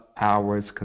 hours